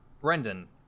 Brendan